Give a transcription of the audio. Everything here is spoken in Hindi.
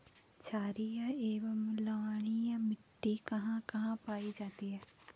छारीय एवं लवणीय मिट्टी कहां कहां पायी जाती है?